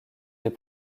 des